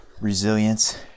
resilience